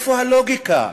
איפה הלוגיקה?